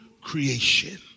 creation